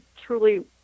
truly